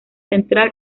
central